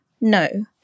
no